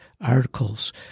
articles